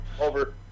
Over